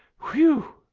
whew!